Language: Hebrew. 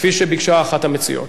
כפי שביקשה אחת המציעות.